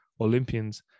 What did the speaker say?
Olympians